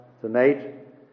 tonight